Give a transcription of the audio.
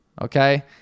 Okay